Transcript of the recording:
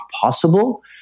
possible